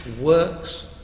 works